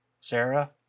Sarah